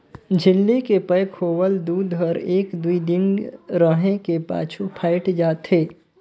झिल्ली के पैक होवल दूद हर एक दुइ दिन रहें के पाछू फ़ायट जाथे